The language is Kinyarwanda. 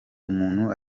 umuntu